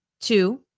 Two